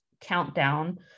countdown